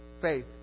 faith